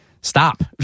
stop